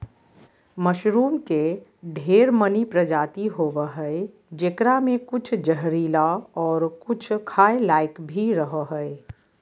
mushroom के ढेर मनी प्रजाति होवो हय जेकरा मे कुछ जहरीला और कुछ खाय लायक भी रहो हय